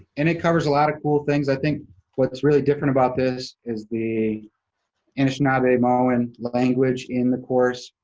and it covers a lot of cool things. i think what's really different about this is the anishinaabemowin language in the course.